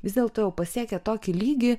vis dėlto jau pasiekė tokį lygį